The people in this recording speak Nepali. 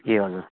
ए हजुर